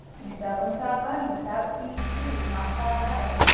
you seldom saw bunny without seeing sue not far away.